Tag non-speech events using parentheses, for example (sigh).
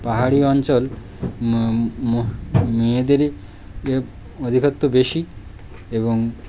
পাহাড়ি অঞ্চল মেয়েদেরই (unintelligible) অধিকত্ব বেশি এবং